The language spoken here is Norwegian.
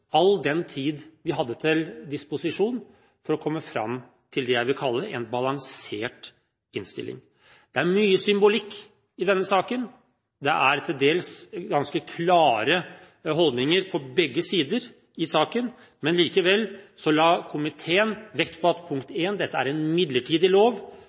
all den tid vi hadde til disposisjon, for å komme fram til det jeg vil kalle en balansert innstilling. Det er mye symbolikk i denne saken – det er til dels ganske klare holdninger på begge sider i saken. Men likevel la komiteen vekt på at dette er en midlertidig lov